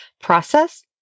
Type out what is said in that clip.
process